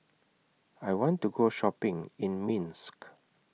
I want to Go Shopping in Minsk